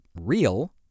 real